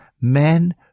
men